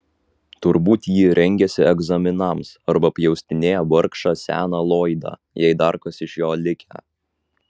turbūt ji rengiasi egzaminams arba pjaustinėja vargšą seną loydą jei dar kas iš jo likę